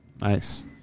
Nice